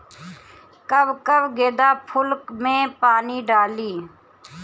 कब कब गेंदा फुल में पानी डाली?